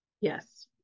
Yes